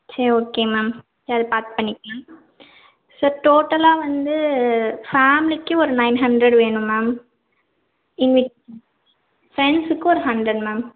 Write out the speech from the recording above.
சரி okay ma'am sir அதை பார்த்து பண்ணிக்கலாம் ஸோ டோட்டலாக வந்து ஃபேமிலிக்கு ஒரு நைன் ஹண்ட்ரெட் வேணும் மேம் இன்னைக்கு ஃப்ரெண்ட்ஸுக்கு ஒரு ஹண்ட்ரெட் மேம்